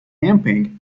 camping